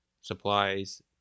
supplies